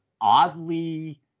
oddly